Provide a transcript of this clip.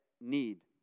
need